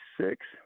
six